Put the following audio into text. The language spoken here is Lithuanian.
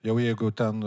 jau jeigu ten